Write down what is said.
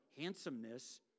handsomeness